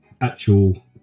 actual